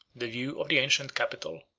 the view of the ancient capital,